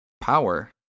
power